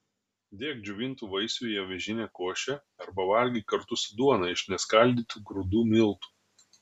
dėk džiovintų vaisių į avižinę košę arba valgyk kartu su duona iš neskaldytų grūdų miltų